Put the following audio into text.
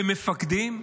במפקדים,